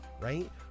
right